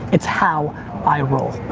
it's how i roll.